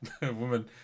woman